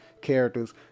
characters